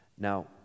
Now